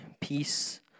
peace